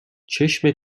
چشم